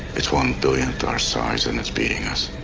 it's one billionth our size and it's beating us.